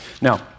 Now